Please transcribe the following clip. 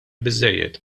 biżżejjed